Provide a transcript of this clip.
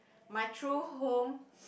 my true home